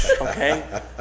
okay